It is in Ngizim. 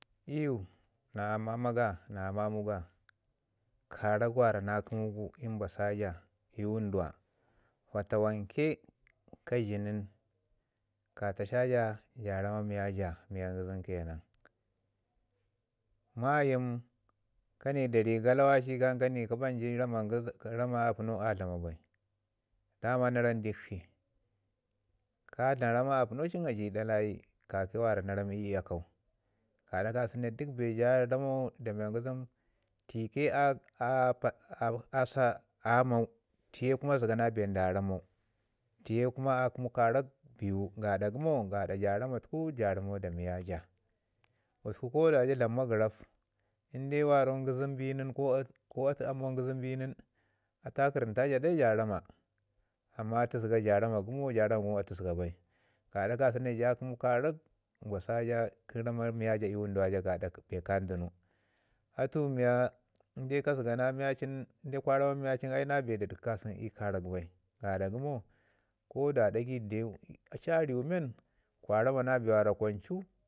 I yu na ama ga na mamu ga karak wara na kəmu gu i mbasa a i wundu wa. Fatawan ke ka ju nin ka tasaja ja rama miya ja mi ya ngizim ke nan. Mayim kanui da ri kalawali ka ɓanɗi rama apəno ii a dlama bai da man na ram dikshi ka dlama rama a pəno cin kayi ɗa layi ka ki mi na rami akau. Gaɗa ka sau ne duk bee ja ramau nda miya ngizim tike a a- pa- a- asa- ammau kuma zəga na bee nda ramau tike kuma a kəmu karak yaɗa gəmo kaɗa ja rama tuku ja ramau da miya ja. Gusku ko da ja dlam magəraf inde warau ngizim bi nin ko waro a ci ngizim bi nin ko atu amau ngizim bi nin atu a kəramta ja dai jin rrama. Amman atu zəga ja rama gəmo ja rama gəmo atu zəga bai, gaɗa ka sunu ne ka kəmu karak mbasa kə rrama miya ja i wada uwa ja gaɗa zada bee ka dunu. Atu miya in ka zəgna miya cin ai na bee da ɗiki kasau i karak bai gaɗa yəmo ko da ɗagai deu a ci a riwu men kwa rama na bee kwanju